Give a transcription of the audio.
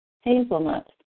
hazelnuts